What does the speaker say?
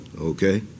okay